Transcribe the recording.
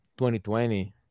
2020